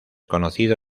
conocido